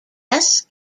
less